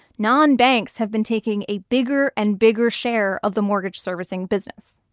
nonbanks have been taking a bigger and bigger share of the mortgage servicing business.